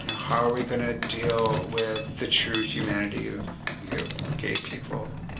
how are we going to deal with the true humanity of gay people?